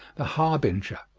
the harbinger.